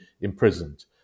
imprisoned